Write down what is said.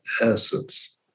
essence